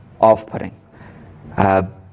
off-putting